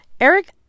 Eric